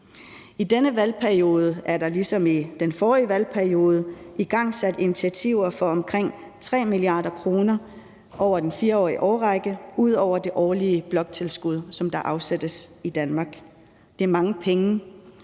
I denne valgperiode er der ligesom i den forrige valgperiode igangsat initiativer for omkring 3 mia. kr. over en 4-årig periode, og det er ud over det årlige bloktilskud, der afsættes af Danmark. Det er mange penge,